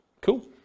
Cool